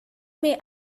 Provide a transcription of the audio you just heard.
may